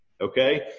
okay